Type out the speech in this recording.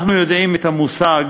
אנחנו יודעים את המושג